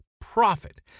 profit